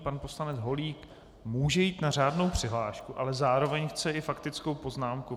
Pan poslanec Holík může jít na řádnou přihlášku, ale zároveň chce i faktickou poznámku.